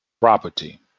property